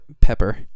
Pepper